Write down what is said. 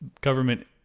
government